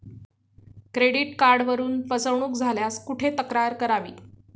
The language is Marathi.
क्रेडिट कार्डवरून फसवणूक झाल्यास कुठे तक्रार करावी?